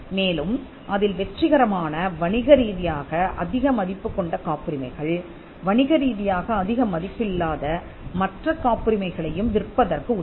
மேலும் அதில் வெற்றிகரமான வணிக ரீதியாக அதிக மதிப்புக் கொண்ட காப்புரிமைகள் வணிக ரீதியாக அதிக மதிப்பில்லாத மற்ற காப்புரிமைகளையும் விற்பதற்கு உதவும்